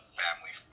family